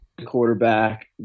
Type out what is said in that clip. quarterback